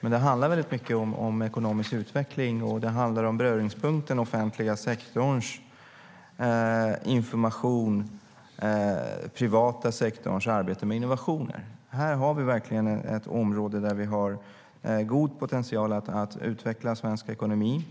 Men det handlar väldigt mycket om ekonomisk utveckling, och det handlar om beröringspunkten mellan den offentliga sektorns information och den privata sektorns arbete med innovationer. Här har vi verkligen ett område där vi har god potential att utveckla svensk ekonomi.